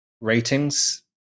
ratings